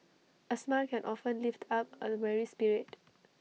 A smile can often lift up A weary spirit